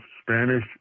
Spanish